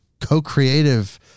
co-creative